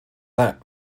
that